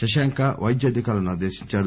శశాంక వైద్య అధికారులను ఆదేశించారు